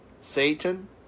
Satan